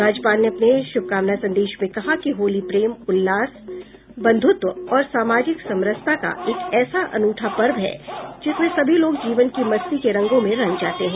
राज्यपाल ने अपने शुभकामना संदेश में कहा है कि होली प्रेम उल्लास बन्धुत्व और सामाजिक समरसता का एक ऐसा अनूठा पर्व है जिसमें सभी लोग जीवन की मस्ती के रंगों में रंग जाते हैं